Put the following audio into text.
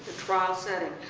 trial setting.